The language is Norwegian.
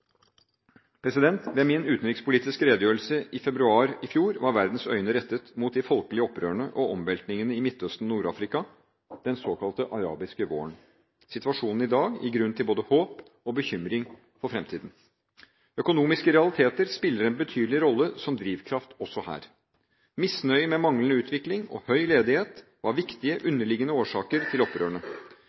Ved min utenrikspolitiske redegjørelse i februar i fjor var verdens øyne rettet mot de folkelige opprørene og omveltningene i Midtøsten og Nord-Afrika – den såkalte arabiske våren. Situasjonen i dag gir grunn til både håp og bekymring for fremtiden. Økonomiske realiteter spiller en betydelig rolle som drivkraft også her. Misnøye med manglende utvikling og høy ledighet var viktige, underliggende årsaker til